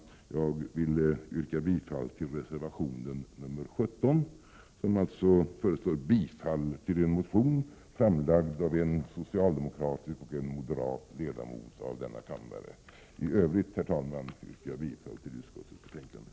Jag vill yrka bifall till reservation 17, som alltså föreslår bifall till en motion som är framlagd av en socialdemokratisk och en moderat ledamot av denna kammare. I övrigt yrkar jag bifall till hemställan i utskottets betänkande.